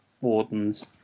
wardens